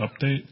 update